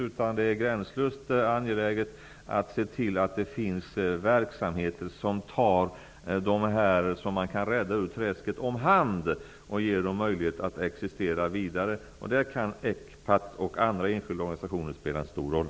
Det är också gränslöst angeläget att se till att det finns verksamheter som tar om hand dem man kan rädda ur träsket och ger dem möjlighet att existera vidare. Där kan ECPAT och andra enskilda organisationer spela en stor roll.